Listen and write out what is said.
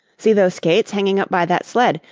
see those skates hanging up by that sled.